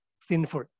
sinful